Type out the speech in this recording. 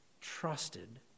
trusted